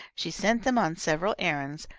she sent them on several errands,